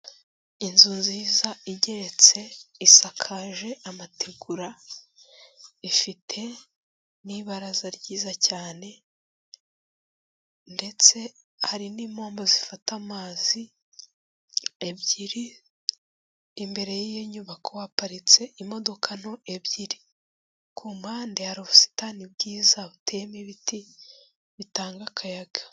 Inzu nziza igeretse isakaje amategura, ifite n'ibaraza ryiza cyane ndetse hari n'impombo zifata amazi ebyiri, imbere y'iyo nyubako haparitse imodoka nto ebyiri. Ku mpande hari ubusitani bwiza buteyemo ibiti bitanga akayaga.